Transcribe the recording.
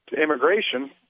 immigration